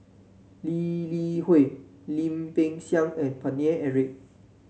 Lee Li Hui Lim Peng Siang and Paine Eric